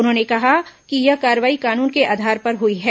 उन्होंने कहा कि यह कार्रवाई कानून के आधार पर हुई है